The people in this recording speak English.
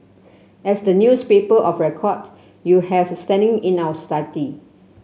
as the newspaper of record you have standing in our study